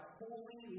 holy